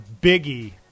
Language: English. Biggie